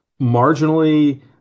marginally